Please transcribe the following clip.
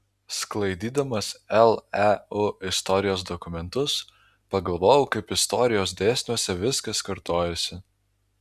sklaidydamas leu istorijos dokumentus pagalvojau kaip istorijos dėsniuose viskas kartojasi